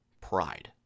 pride